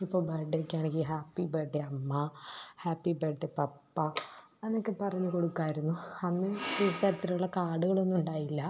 ഇപ്പോൾ ബെ ഡേക്കാണെങ്കിൽ ഹാപ്പി ബേ ഡേ അമ്മ ഹാപ്പി ബേ ഡേ പപ്പ എന്നൊക്കെ പറഞ്ഞു കൊടുക്കായിരുന്നു അന്ന് ഈ തരത്തിലുള്ള കാർഡുകളൊന്നും ഉണ്ടായില്ല